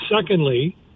Secondly